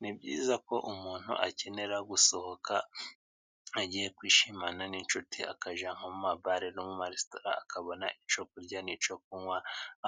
Ni byiza ko umuntu akenera gusohoka agiye kwishimana n'inshuti. Akajya nko mu ma bare, mu marestora, akabona icyo kurya n'icyo kunywa